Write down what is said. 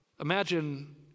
Imagine